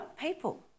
people